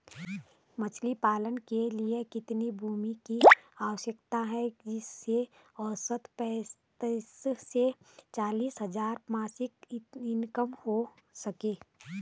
मछली पालन के लिए कितनी भूमि की आवश्यकता है जिससे औसतन पैंतीस से चालीस हज़ार मासिक इनकम हो सके?